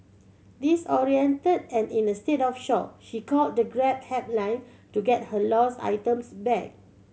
disoriented and in a state of shock she called the Grab helpline to get her lost items back